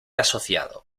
asociado